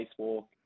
Spacewalk